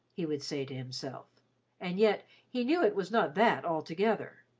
he would say to himself and yet he knew it was not that altogether.